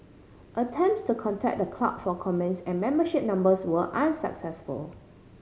attempts to contact the club for comments and membership numbers were unsuccessful